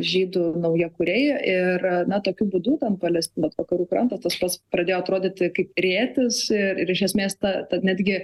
žydų naujakuriai ir na tokiu būdu tam palestinos vakarų krantas tas pats pradėjo atrodyti kaip rėtis ir ir iš esmės ta ta netgi